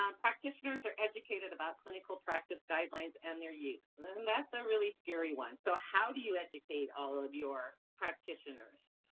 um practitioners are educated about clinical practice guidelines and their use. that's a really scary one. so how do you educate all of your practitioners?